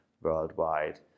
worldwide